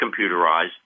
computerized